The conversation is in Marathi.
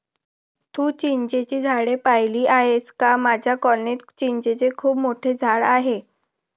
तू चिंचेची झाडे पाहिली आहेस का माझ्या कॉलनीत चिंचेचे खूप मोठे झाड आहे